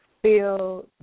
Feel